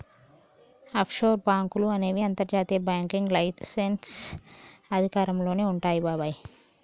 offshore బాంకులు అనేవి అంతర్జాతీయ బ్యాంకింగ్ లైసెన్స్ అధికారంలోనే వుంటాయి బాబాయ్